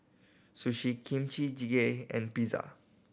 Sushi Kimchi Jjigae and Pizza